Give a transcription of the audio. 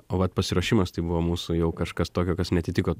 o vat pasiruošimas tai buvo mūsų jau kažkas tokio kas neatitiko